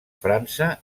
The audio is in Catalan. frança